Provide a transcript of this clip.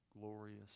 glorious